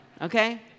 okay